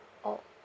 oh